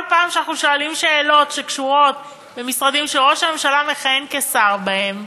כל פעם שאנחנו שואלים שאלות שקשורות למשרדים שראש הממשלה מכהן כשר בהם,